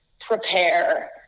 prepare